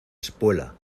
espuela